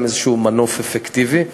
הם מנוף אפקטיבי כלשהו.